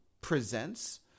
presents